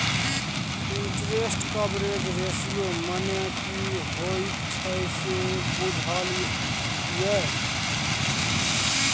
Interest coverage ratio मने की होइत छै से बुझल यै?